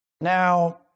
Now